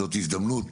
זאת הזדמנות